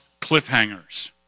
cliffhangers